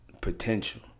potential